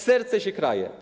Serce się kraje.